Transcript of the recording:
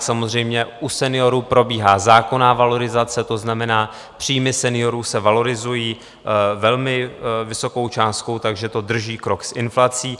Samozřejmě u seniorů probíhá zákonná valorizace, to znamená, příjmy seniorů se valorizují velmi vysokou částkou, takže to drží krok s inflací.